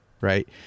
right